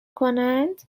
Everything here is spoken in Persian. کنند